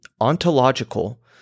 ontological